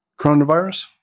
coronavirus